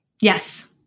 Yes